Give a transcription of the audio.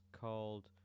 called